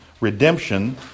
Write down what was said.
redemption